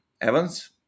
evans